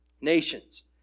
Nations